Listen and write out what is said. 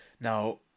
Now